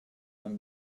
and